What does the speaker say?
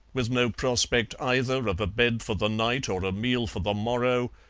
with no prospect either of a bed for the night or a meal for the morrow,